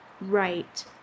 right